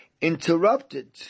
interrupted